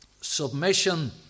submission